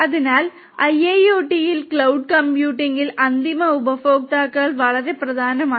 അതിനാൽ IIoT ൽ cloud കമ്പ്യൂട്ടിംഗിൽ അന്തിമ ഉപയോക്താക്കൾ വളരെ പ്രധാനമാണ്